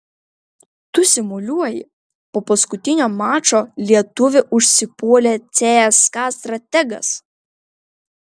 tu simuliuoji po paskutinio mačo lietuvį užsipuolė cska strategas